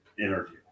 interview